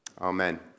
Amen